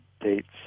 dates